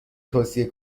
توصیه